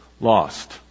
lost